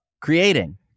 creating